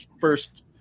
first